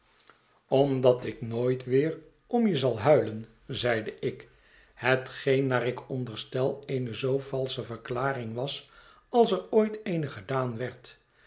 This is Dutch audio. omdat ik nooit weer om je zal huilen zeide ik hetgeen naar ik onderstel eene zoo valsche verklaring was als er ooit eene gedaan werd